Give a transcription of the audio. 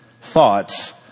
thoughts